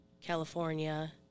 California